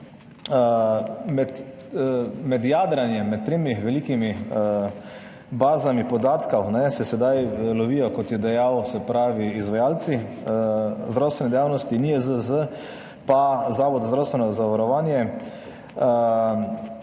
Med jadranjem med tremi velikimi bazami podatkov se sedaj lovijo, kot je dejal, se pravi, izvajalci zdravstvene dejavnosti, NIJZ, pa Zavod za zdravstveno zavarovanje.